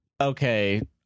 okay